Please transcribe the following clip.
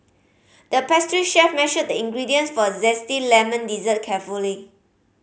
the pastry chef measured the ingredients for a zesty lemon dessert carefully